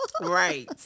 Right